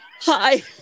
Hi